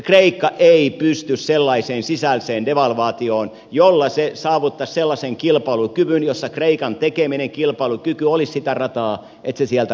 kreikka ei pysty sellaiseen sisäiseen devalvaatioon jolla se saavuttaisi sellaisen kilpailukyvyn jossa kreikan tekeminen ja kilpailukyky olisi sitä rataa että se sieltä nousisi